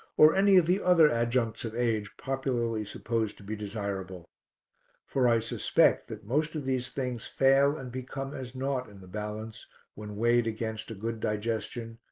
or any of the other adjuncts of age popularly supposed to be desirable for i suspect that most of these things fail and become as naught in the balance when weighed against a good digestion,